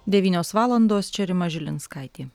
devynios valandos čia rima žilinskaitė